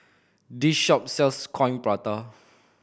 this shop sells Coin Prata